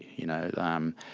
you know, um,